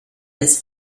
des